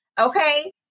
Okay